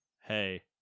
Hey